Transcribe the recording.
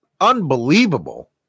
Unbelievable